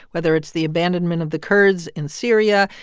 whether it's the abandonment of the kurds in syria,